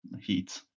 heat